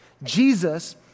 Jesus